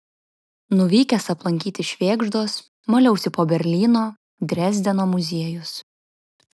nuvykęs aplankyti švėgždos maliausi po berlyno drezdeno muziejus